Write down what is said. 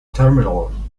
terminal